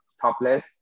topless